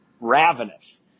ravenous